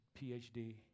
PhD